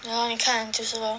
ya lor 你看就是 lor